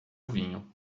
vinho